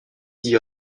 dee